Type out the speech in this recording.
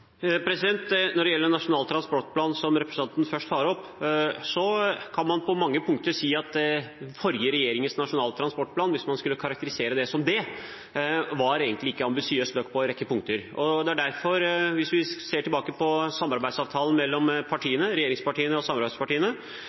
Når det gjelder Nasjonal transportplan, som representanten først tar opp, kan man på mange punkter si den forrige regjeringens nasjonale transportplan, hvis man skulle karakterisere den som det, egentlig ikke var ambisiøs nok på en rekke punkter. Det er derfor det, når vi ser tilbake på samarbeidsavtalen mellom regjeringspartiene og samarbeidspartiene,